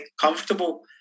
comfortable